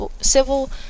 civil